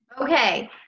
Okay